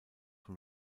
von